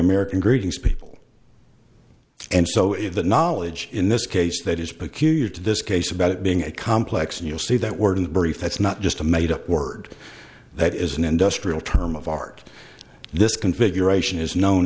american greetings people and so is the knowledge in this case that is peculiar to this case about it being a complex and you'll see that word in brief that's not just a made up word that is an industrial term of art this configuration is known